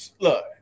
look